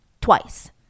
Twice